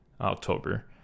October